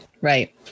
Right